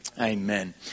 Amen